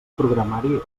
programari